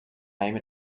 name